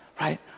right